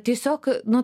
tiesiog nu